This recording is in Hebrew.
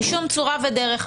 בשום צורה ודרך.